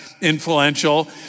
influential